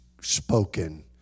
spoken